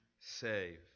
save